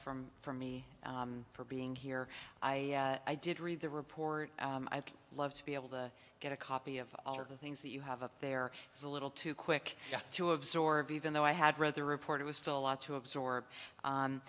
from for me for being here i i did read the report i'd love to be able to get a copy of all of the things that you have a there is a little too quick to absorb even though i had read the report it was still a lot to absorb